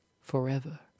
forever